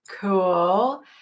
Cool